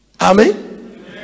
Amen